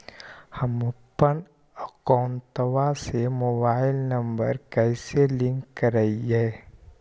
हमपन अकौउतवा से मोबाईल नंबर कैसे लिंक करैइय?